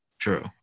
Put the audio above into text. True